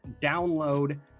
download